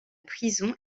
prison